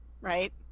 right